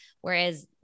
Whereas